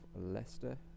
Leicester